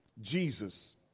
Jesus